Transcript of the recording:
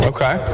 Okay